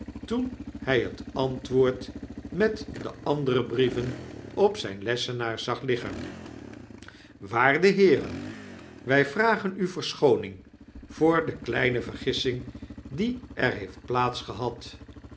toen hij hetantwoord met de andere brieven op zp lessenaar zag liggen waarde heeren wjj vragen u verschooning voor de kleine vergissing die er heeft